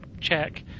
check